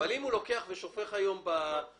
אם הוא לוקח ושופך בשכונות,